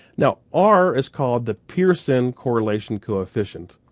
now r is called the pearson correlation coefficient.